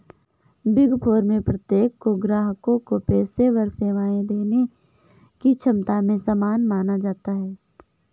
big four में प्रत्येक को ग्राहकों को पेशेवर सेवाएं देने की क्षमता में समान माना जाता है